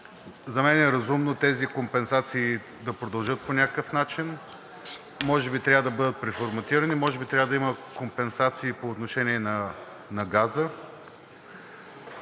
За мен е разумно тези компенсации да продължат по някакъв начин, може би трябва да бъдат преформатирани, може би трябва да има компенсации по отношение на газа,